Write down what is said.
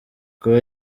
kuba